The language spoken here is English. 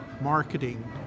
marketing